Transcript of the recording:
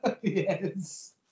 Yes